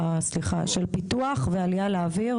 פיתוח ועלייה לאוויר.